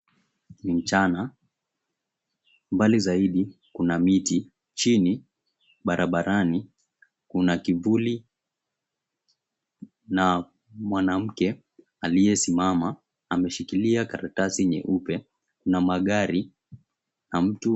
Ni mchana. Mbali zaidi kuna miti chini. Barabarani kuna kivuli na mwanamke aliyesimama ameshikilia karatasi nyeupe na magari ya mtu.